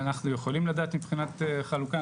אנחנו יכולים לדעת מבחינת חלוקה,